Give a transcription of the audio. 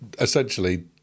Essentially